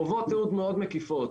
חובות תיעוד מאוד מקיפות.